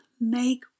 make